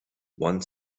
one